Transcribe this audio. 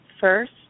First